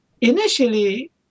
initially